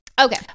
Okay